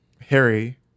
Harry